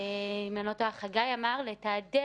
לב הפתרון הוא קטיעת שרשרת